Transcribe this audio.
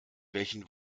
welchen